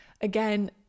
Again